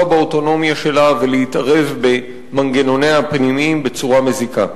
באוטונומיה שלה ולהתערב במנגנוניה הפנימיים בצורה מזיקה.